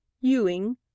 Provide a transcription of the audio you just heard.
Ewing